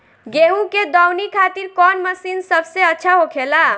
गेहु के दऊनी खातिर कौन मशीन सबसे अच्छा होखेला?